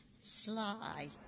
Sly